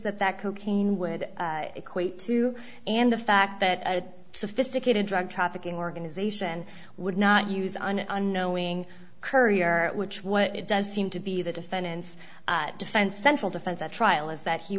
that that cocaine would equate to and the fact that a sophisticated drug trafficking organization would not use on an unknowing courier which what it does seem to be the defendants defense central defense at trial is that he